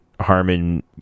Harmon